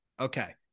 Okay